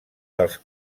dels